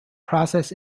process